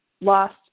Lost